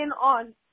on